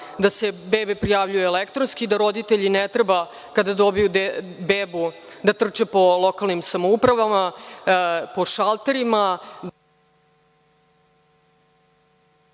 da se bebe prijavljuju elektronski, da roditelji ne treba kada dobiju bebu da trče po lokalnim samoupravama, po šalterima,